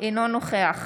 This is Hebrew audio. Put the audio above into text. אינו נוכח